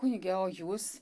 kunige o jūs